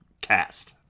cast